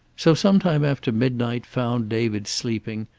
so sometime after midnight found david sleeping,